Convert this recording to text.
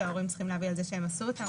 שההורים צריכים להבהיר שהם עשו את זה.